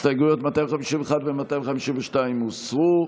הסתייגויות 251 ו-252 הוסרו.